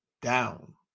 down